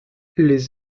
les